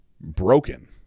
broken